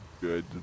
good